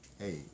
hey